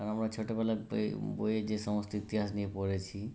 আমরা ছোটোবেলাতে বইয়ে যে সমস্ত ইতিহাস নিয়ে পড়েছি